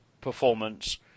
performance